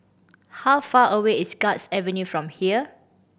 how far away is Guards Avenue from here